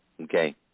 okay